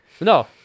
No